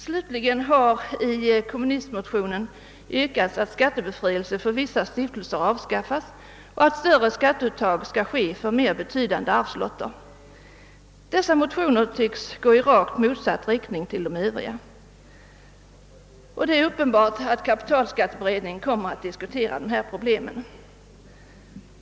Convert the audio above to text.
I två likalydande kommunistmotioner har yrkats att skattebefrielsen för vissa stiftelser skall avskaffas och att större skatteuttag skall göras från mer betydande arvslotter. Dessa motioner tycks alltså gå i rakt motsatt riktning mot de övriga. Det är uppenbart att kapitalskatteberedningen kommer att diskutera dessa problem.